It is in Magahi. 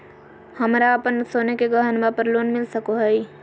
हमरा अप्पन सोने के गहनबा पर लोन मिल सको हइ?